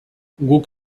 guk